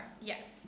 Yes